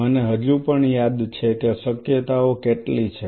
મને હજુ પણ યાદ છે કે શક્યતાઓ કેટલી છે